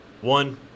one